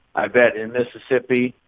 i bet in mississippi.